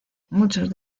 muchos